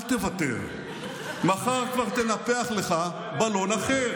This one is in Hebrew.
אל תוותר, מחר כבר תנפח לך בלון אחר.